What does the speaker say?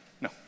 No